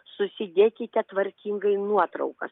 susidėkite tvarkingai nuotraukas